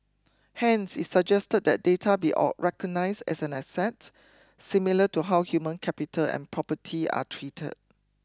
hence it suggested that data be recognised as an asset similar to how human capital and property are treated